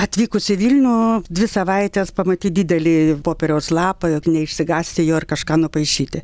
atvykus į vilnių dvi savaites pamatyt didelį popieriaus lapą neišsigąsti jo ir kažką nupaišyti